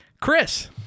Chris